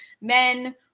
men